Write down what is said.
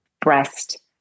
breast